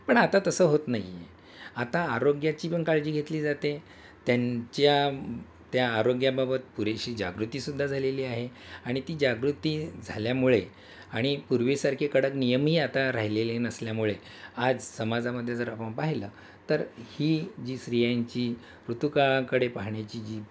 पण आता तसं होत नाही आहे आता आरोग्याची पण काळजी घेतली जाते त्यांच्या त्या आरोग्याबाबत पुरेशी जागृतीसुद्धा झालेली आहे आणि ती जागृती झाल्यामुळे आणि पूर्वीसारखे कडक नियमही आता राहिलेले नसल्यामुळे आज समाजामध्ये जर आपण पाहिलं तर ही जी स्त्रियांची ऋतूकाळाकडे पाहण्याची जी